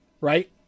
right